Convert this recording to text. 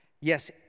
Yes